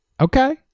okay